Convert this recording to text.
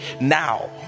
now